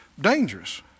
dangerous